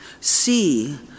See